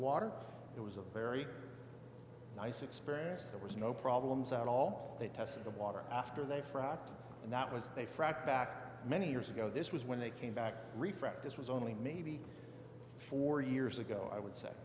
water it was a very nice experience there was no problems at all they tested the water after they fry and that was they frac back many years ago this was when they came back refreshed this was only maybe four years ago i would say